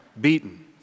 beaten